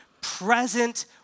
present